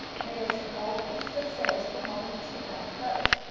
made of some old pieces of sails from one of mr. brown's boats.